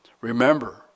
Remember